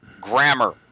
grammar